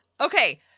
Okay